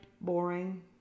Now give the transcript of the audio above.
boring